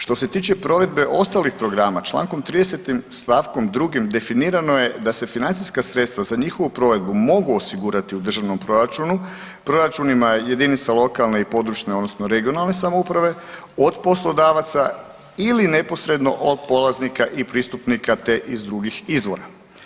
Što se tiče provedbe ostalih programa Člankom 30. stavkom 2. definirano je da se financijska sredstva za njihovu provedbu mogu osigurati u državnu proračunu, proračunima jedinica lokalne i područne odnosno regionalne samouprave od poslodavaca ili neposredno od polaznika i pristupnika te iz drugih izvora.